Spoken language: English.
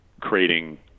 creating